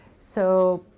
so,